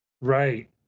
Right